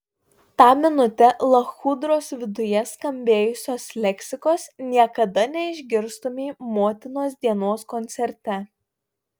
tą minutę lachudros viduje skambėjusios leksikos niekada neišgirstumei motinos dienos koncerte